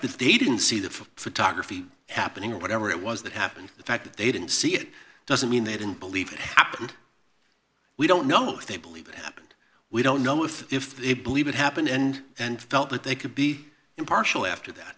that they didn't see the photography happening or whatever it was that happened the fact that they didn't see it doesn't mean they didn't believe it happened we don't know if they believe it happened we don't know if if they believe it happened and and felt that they could be impartial after that